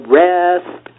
rest